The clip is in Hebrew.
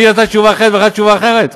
לי היא נתנה תשובה אחרת ולך תשובה אחרת?